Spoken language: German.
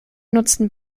nutzten